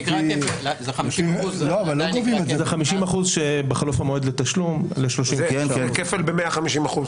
זה 50% שבחלוף המועד לתשלום --- זה כפל ב-150%.